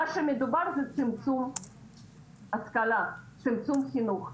מה שמדובר זה צמצום השכלה, צמצום חינוך.